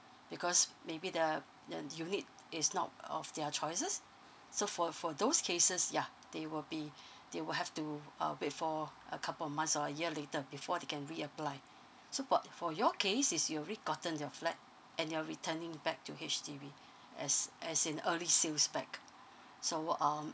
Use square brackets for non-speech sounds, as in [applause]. because maybe the the unit is not of their choices so for for those cases yeah they will be [breath] they will have to uh wait for a couple of months or a year later before they can reapply so for for your case is you already gotten your flat and you're returning back to H_D_B as as in early sales back so um